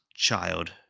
child